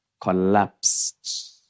collapsed